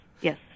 yes